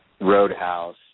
Roadhouse